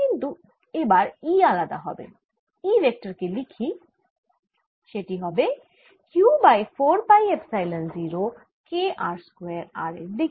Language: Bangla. কিন্তু এবার E আলাদা হবে E ভেক্টর কে লিখি সেটি হবে Q by 4 pi epsilon 0 K r square r এর দিকে